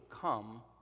come